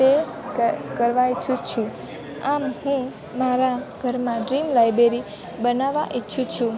તે કર કરવા ઇચ્છું છું આમ હું મારા ઘરના ડ્રીમ લાઇબ્રેરી બનાવવા ઈચ્છું છું